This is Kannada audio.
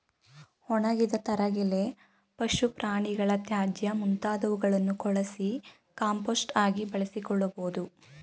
ಒಣಗಿದ ತರಗೆಲೆ, ಪಶು ಪ್ರಾಣಿಗಳ ತ್ಯಾಜ್ಯ ಮುಂತಾದವುಗಳನ್ನು ಕೊಳಸಿ ಕಾಂಪೋಸ್ಟ್ ಆಗಿ ಬಳಸಿಕೊಳ್ಳಬೋದು